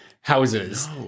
houses